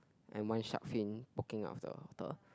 and why shark fin mocking up of the of the